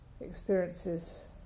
experiences